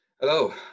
Hello